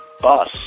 bus